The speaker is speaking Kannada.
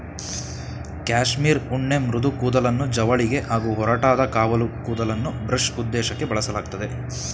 ಕ್ಯಾಶ್ಮೀರ್ ಉಣ್ಣೆ ಮೃದು ಕೂದಲನ್ನು ಜವಳಿಗೆ ಹಾಗೂ ಒರಟಾದ ಕಾವಲು ಕೂದಲನ್ನು ಬ್ರಷ್ ಉದ್ದೇಶಕ್ಕೇ ಬಳಸಲಾಗ್ತದೆ